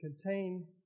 contain